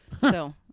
So-